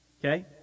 Okay